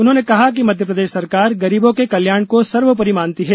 उन्होंने कहा कि मध्यप्रदेश सरकार गरीबों के कल्याण को सर्वोपरि मानती है